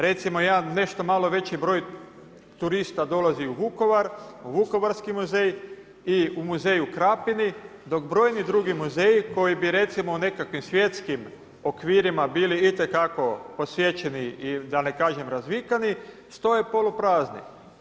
Recimo, jedan nešto malo veći broj turista dolazi u Vukovar, u Vukovarski muzej i u muzej u Krapini, dok brojni drugi muzeji koji bi recimo, u nekakvim svjetskim okvirima bili itekako posjećeni i da ne kažem, razvikani, stoje poluprazni.